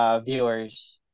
viewers